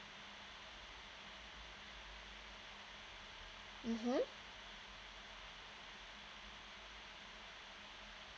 mmhmm